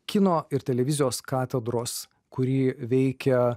kino ir televizijos katedros kuri veikia